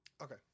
Okay